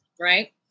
right